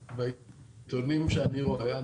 בעיתונים שאני רואה,